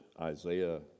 Isaiah